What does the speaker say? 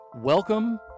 Welcome